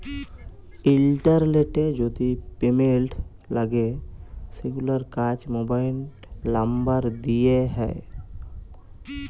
ইলটারলেটে যদি পেমেল্ট লাগে সেগুলার কাজ মোবাইল লামবার দ্যিয়ে হয়